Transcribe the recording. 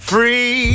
Free